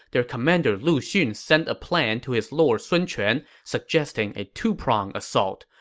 their commander lu xun sent a plan to his lord sun quan suggesting a two-prong assault.